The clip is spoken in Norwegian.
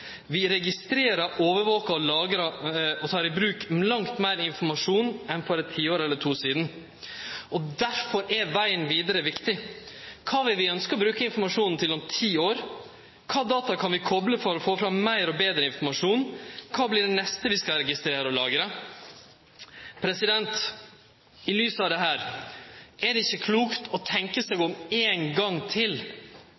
Vi registrerer, overvakar, lagrar og tek i bruk langt meir informasjon no enn for eit tiår eller to sidan. Difor er vegen vidare viktig. Kva vil vi ønskje å bruke informasjonen til om ti år? Kva data kan vi kople for å få fram meir og betre informasjon? Kva vert det neste vi skal registrere og lagre? I lys av dette: Er det ikkje klokt å tenkje seg